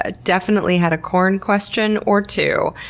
ah definitely had a corn question or two,